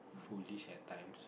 foolish at times